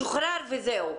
שוחרר וזהו?